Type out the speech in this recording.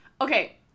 Okay